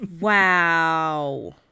Wow